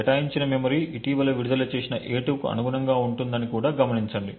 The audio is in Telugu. కేటాయించిన మెమరీ ఇటీవల విడుదల చేసిన a2 కు అనుగుణంగా ఉంటుందని కూడా గమనించండి